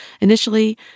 initially